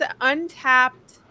untapped –